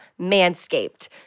Manscaped